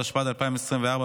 התשפ"ד 2024,